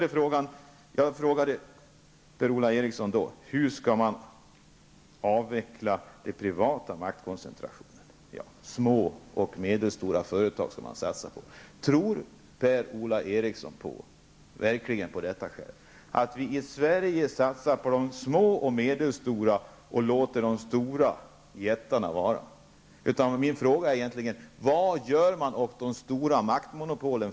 Jag frågade Per-Ola Eriksson: Hur skall man avveckla den privata maktkoncentrationen? Svaret blev att man skall satsa på de små och medelstora företagen. Tror Per-Ola Eriksson verkligen själv på att vi i Sverige skulle satsa på de små och medelstora företagen och låta de stora jättarna vara? Min fråga är egentligen: Vad gör man från regeringens sida åt de stora maktmonopolen?